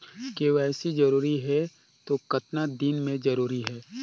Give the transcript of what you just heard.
KYC जरूरी हे तो कतना दिन मे जरूरी है?